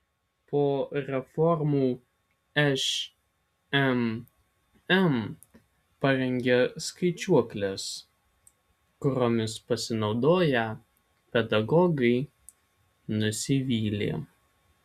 po reformų šmm parengė skaičiuokles kuriomis pasinaudoję pedagogai nusivylė